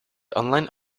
online